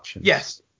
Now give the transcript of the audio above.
Yes